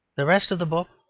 the rest of the book,